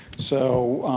so,